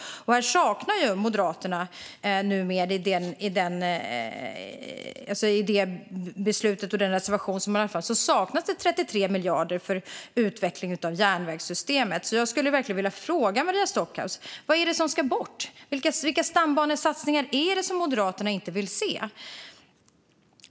Här saknas i Moderaternas reservation 33 miljarder för utveckling av järnvägssystemet. Jag skulle verkligen vilja fråga Maria Stockhaus vad som ska bort. Vilka stambanesatsningar är det som Moderaterna inte vill se?